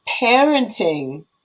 parenting